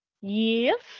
Yes